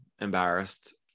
embarrassed